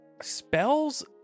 Spells